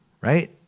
right